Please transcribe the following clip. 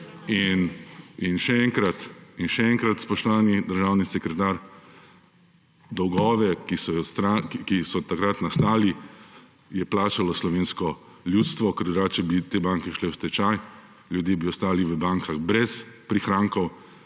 in še enkrat, spoštovani državni sekretar, dolgove, ki so takrat nastali, je plačalo slovensko ljudstvo, ker drugače bi te banke šle v stečaj, ljudje bi ostali v bankah brez prihrankov.